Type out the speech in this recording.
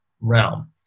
realm